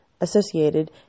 associated